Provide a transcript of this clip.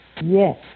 Yes